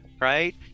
right